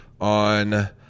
on